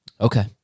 Okay